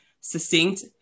succinct